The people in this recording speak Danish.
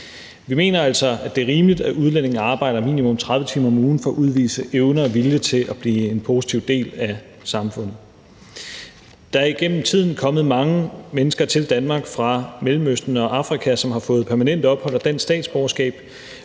Vi mener altså, det er rimeligt, at udlændinge arbejder minimum 30 timer om ugen for at udvise evne og vilje til at blive en positiv del af samfundet. Der er gennem tiden kommet mange mennesker til Danmark fra Mellemøsten og Afrika, som har fået permanent ophold og dansk statsborgerskab